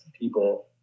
people